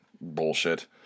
bullshit